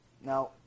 Now